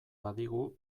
badigu